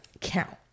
count